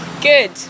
Good